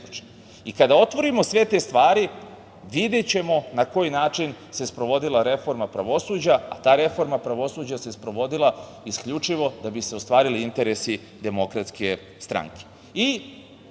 otvorimo sve te stvari videćemo na koji način se sprovodila reforma pravosuđa, a ta reforma pravosuđa se sprovodila isključivo da bi se ostvarili interesi DS.Ono što